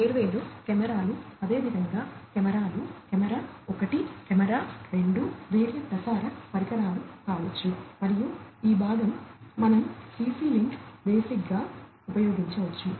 వేర్వేరు కెమెరాలు అదేవిధంగా కెమెరాలు కెమెరా 1 కెమెరా 2 వేరే ప్రసార పరికరాలు కావచ్చు మరియు ఈ భాగం మనం CC లింక్ బేసిక్గా ఉపయోగించవచ్చు